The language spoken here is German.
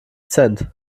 cent